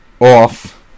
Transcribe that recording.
off